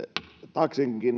taksin